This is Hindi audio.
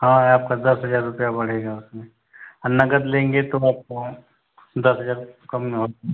हाँ आपका दस हज़ार रुपये बढ़ेगा उसमें नग़द लेंगे तो आपको दस हज़ार कम में हो